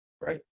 Right